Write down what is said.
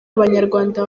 abanyarwanda